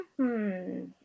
-hmm